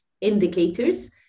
indicators